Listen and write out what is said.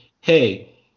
hey